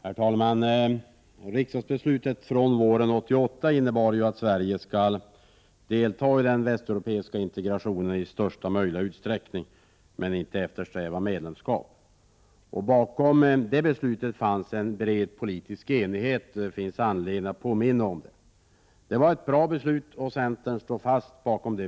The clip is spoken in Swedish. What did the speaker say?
Herr talman! Riksdagsbeslutet från våren 1988 innebar ju att Sverige i största möjliga utsräckning skall delta i den västeuropeiska integrationen, men inte eftersträva medlemskap. Bakom detta beslut fanns en bred politisk enighet som det finns anledning att påminna om. Det var ett bra beslut som centern står fast vid.